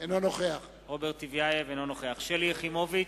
אינו נוכח שלי יחימוביץ,